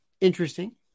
interesting